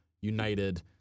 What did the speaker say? United